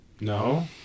No